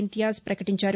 ఇంతియాజ్ ప్రకటించారు